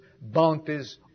bounties